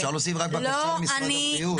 אפשר להוסיף רק בקשה למשרד הבריאות?